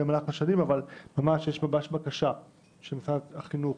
בקשה של משרד החינוך